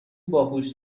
باهوش